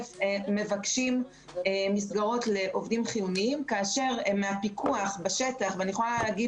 מבקשים מסגרות לעובדים חיוניים כאשר מהפיקוח בשטח ואני יכולה להגיד